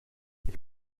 ich